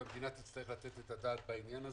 ומדינת ישראל תצטרך לתת את הדעת לעניין הזה,